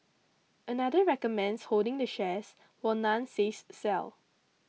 another recommends holding the shares while none says sell